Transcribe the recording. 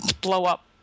blow-up